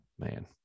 man